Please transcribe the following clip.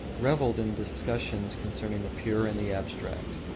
revelled in discussions concerning the pure and the abstract.